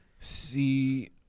See